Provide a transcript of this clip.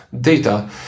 data